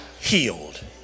healed